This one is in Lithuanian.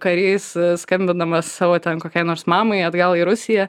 karys skambindamas savo ten kokiai nors mamai atgal į rusiją